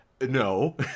No